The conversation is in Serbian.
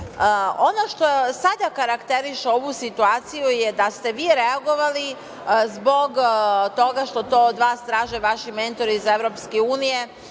što sada karakteriše ovu situaciju je da ste vi reagovali zbog toga što to od vas traže vaši mentori iz EU,